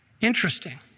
interesting